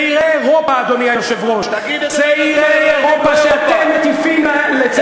ילדים שאין להם כסף לאוכל לבית-ספר.